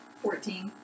Fourteen